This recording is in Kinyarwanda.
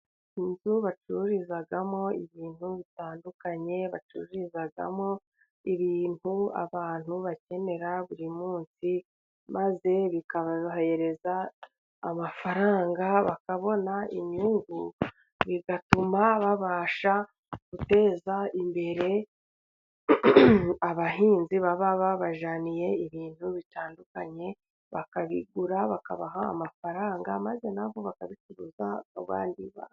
Inzu bacururizamo ibintu bitandukanye, bacururizamo ibintu abantu bakenera buri munsi maze bikaborohereza, amafaranga bakabona inyungu bituma babasha guteza imbere abahinzi, baba babajyaniye ibintu bitandukanye bakabigura bakabaha amafaranga, maze nabo bakabicuruza abandi.